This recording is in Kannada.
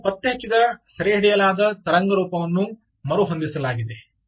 ಈಗ ನಾವು ಪತ್ತೆಹಚ್ಚಿದ ಸೆರೆಹಿಡಿಯಲಾದ ತರಂಗ ರೂಪವನ್ನು ಮರುಹೊಂದಿಸಲಾಗಿದೆ